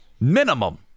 minimum